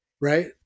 Right